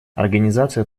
организация